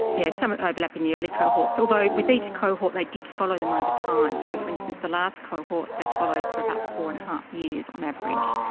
yes, some of them overlap in the early cohorts. although with each cohort they did follow them over time. so for instance the last cohort they followed for about four and a half years on average,